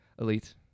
Elite